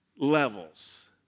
Levels